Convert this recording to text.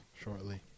shortly